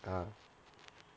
ah